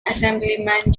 assemblyman